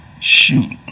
shoot